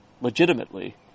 legitimately